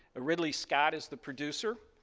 ah ridley scott is the producer.